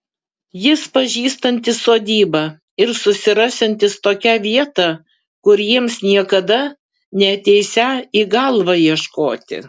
jis pažįstantis sodybą ir susirasiantis tokią vietą kur jiems niekada neateisią į galvą ieškoti